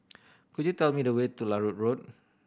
could you tell me the way to Larut Road